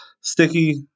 Sticky